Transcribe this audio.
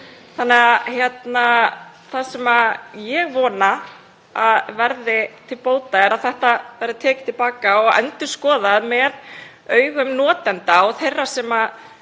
Það sem ég vona að verði til bóta er að málið verði tekið til baka og endurskoðað með augum notenda og þeirra sem